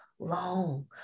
long